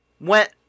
went